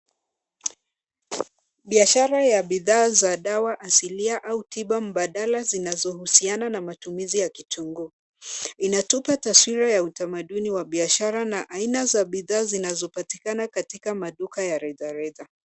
Biashara ya bidhaa za dawa asilia au tiba mbadala zinazohusiana na matumizi ya kitunguu. Inatupa taswira ya utamaduni wa biashara na aina za bidhaa zinazopatikana katika maduka ya rejareja.